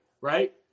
right